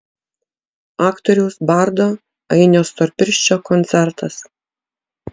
aktoriaus bardo ainio storpirščio koncertas